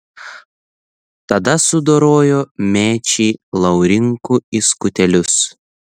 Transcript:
tada sudorojo mečį laurinkų į skutelius